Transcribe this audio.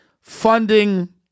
funding